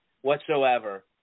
whatsoever